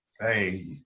Hey